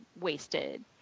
wasted